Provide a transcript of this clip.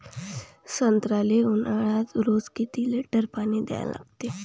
संत्र्याले ऊन्हाळ्यात रोज किती लीटर पानी द्या लागते?